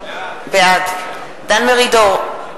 בעד דן מרידור,